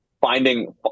finding